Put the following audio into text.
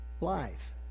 life